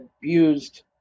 abused